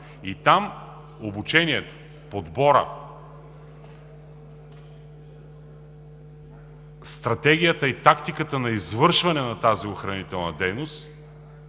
и там обучението, подборът, стратегията и тактиката на извършване на тази охранителна дейност